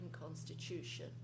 constitution